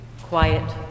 quiet